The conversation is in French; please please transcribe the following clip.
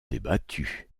débattue